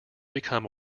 become